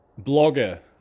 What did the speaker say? Blogger